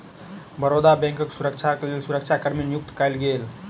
बड़ौदा बैंकक सुरक्षाक लेल सुरक्षा कर्मी नियुक्त कएल गेल